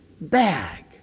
bag